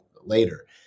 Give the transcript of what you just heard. later